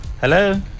Hello